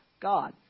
God